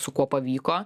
su kuo pavyko